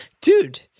Dude